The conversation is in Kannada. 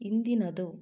ಹಿಂದಿನದು